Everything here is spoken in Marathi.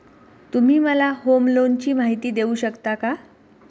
तुम्ही मला होम लोनची माहिती देऊ शकता का?